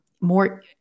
more